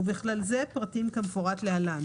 ובכלל זה פרטים כמפורט להלן: